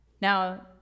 Now